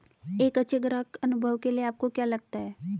एक अच्छे ग्राहक अनुभव के लिए आपको क्या लगता है?